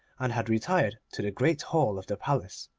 and had retired to the great hall of the palace,